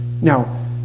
Now